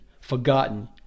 forgotten